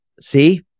see